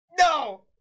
No